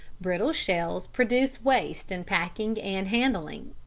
brittle shells produce waste in packing and handling,